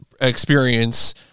experience